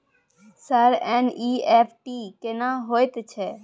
Sir NEFT केना होयत छै?